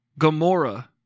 gamora